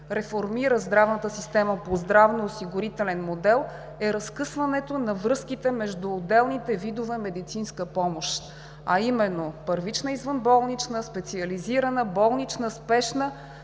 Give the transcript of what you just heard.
реформира здравната система по здравноосигурителен модел, е разкъсването на връзките между отделните видове медицинска помощ, а именно: първична, извънболнична, специализирана, болнична, спешна.